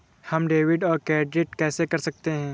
हम डेबिटऔर क्रेडिट कैसे कर सकते हैं?